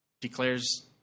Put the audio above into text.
declares